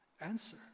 answer